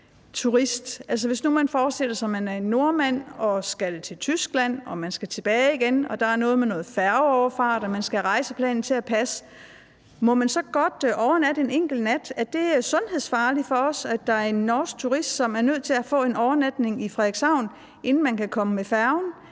turist? Altså, hvis vi nu forestiller os, at man er en nordmand og skal til Tyskland, og at man skal tilbage igen, og at der er noget med noget færgeoverfart, og at man skal have rejseplanen til at passe, må man så godt overnatte en enkelt nat? Er det sundhedsfarligt for os, at der er en norsk turist, som er nødt til at tage en overnatning i Frederikshavn, inden han eller hun kan komme med færgen?